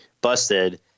busted